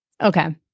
Okay